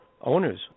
owners